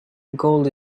gold